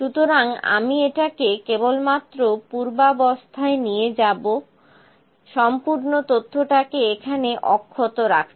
সুতরাং আমি এটাকে কেবলমাত্র পূর্বাবস্থায় নিয়ে আসব সম্পূর্ণ তথ্যটাকে এখানে অক্ষত রাখতে